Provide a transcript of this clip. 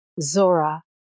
Zora